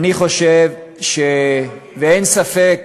אין ספק